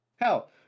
Hell